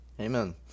Amen